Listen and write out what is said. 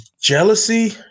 Jealousy